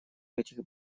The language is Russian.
этих